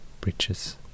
bridges